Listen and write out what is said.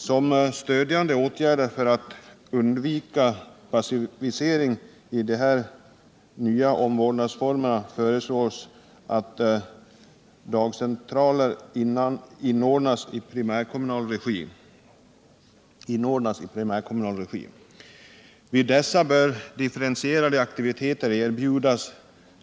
Som stödjande åtgärd och för att undvika passivisering i de här nya omvårdnadsformerna föreslås att dagcentraler anordnas i primärkommunal regi. Vid dessa bör differentierade aktiviteter erbjudas.